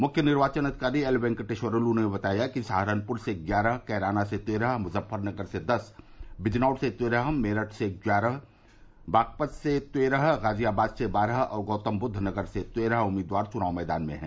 मुख्य निर्वाचन अधिकारी एल वेंकटेश्वर लू ने बताया कि सहारनपुर से ग्यारह कैराना से तेरह मुजफ्फरनगर से दस बिजनौर से तेरह मेरठ से ग्यारह बागपत से तेरह गाजियाबाद से बारह और गौतमबुद्व नगर से तेरह उम्मीदवार चुनाव मैदान में हैं